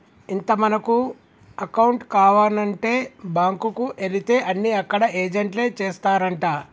ఇంత మనకు అకౌంట్ కావానంటే బాంకుకు ఎలితే అన్ని అక్కడ ఏజెంట్లే చేస్తారంటా